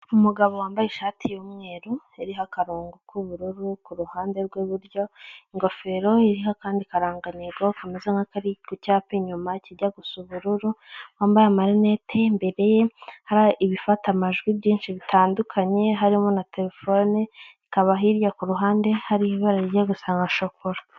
Umugabo wambaye ishati y'umweru, iriho akarongo k'ubururu ku ruhande rw'iburyo, ingofero iriho akandi karangantego, kameze nk'akari ku cyapa inyuma kijya gusa ubururu, wambaye amarinete imbere ye, hari ibifata amajwi byinshi bitandukanye harimo na telefone, ikaba hirya ku ruhande hari ibara rijya gusa nka shokora.